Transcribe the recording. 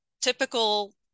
typical